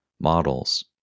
models